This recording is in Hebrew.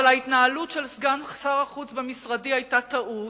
אבל ההתנהלות של סגן שר החוץ במשרדי היתה טעות,